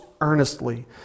earnestly